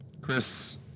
Chris